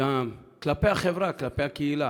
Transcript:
וגם כלפי החברה, כלפי הקהילה.